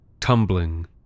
tumbling